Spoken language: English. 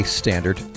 standard